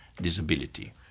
disability